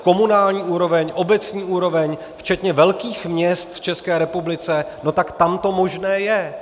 Komunální úroveň, obecní úroveň, včetně velkých měst v České republice, tak tam to možné je.